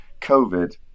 COVID